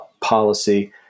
policy